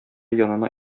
янына